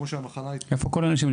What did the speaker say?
איפה כל האנשים?